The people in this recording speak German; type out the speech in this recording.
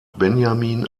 benjamin